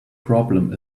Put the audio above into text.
problem